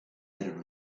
erano